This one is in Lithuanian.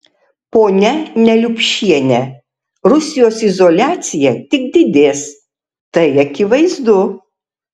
ponia neliupšiene rusijos izoliacija tik didės tai akivaizdu